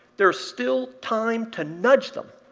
there's still time to nudge them,